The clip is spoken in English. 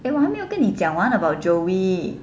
eh 我还没有跟你讲完 about joey